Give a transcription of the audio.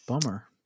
Bummer